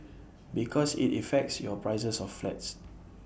because IT affects your prices of flats